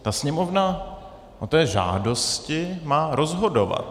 Ta Sněmovna o té žádosti má rozhodovat.